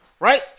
Right